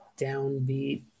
downbeat